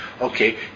okay